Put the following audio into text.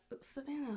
Savannah